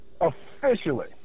officially